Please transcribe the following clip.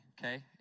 okay